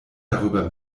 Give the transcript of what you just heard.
darüber